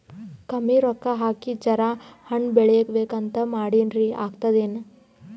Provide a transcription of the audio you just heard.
ಕಮ್ಮಿ ರೊಕ್ಕ ಹಾಕಿ ಜರಾ ಹಣ್ ಬೆಳಿಬೇಕಂತ ಮಾಡಿನ್ರಿ, ಆಗ್ತದೇನ?